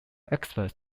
experts